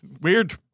Weird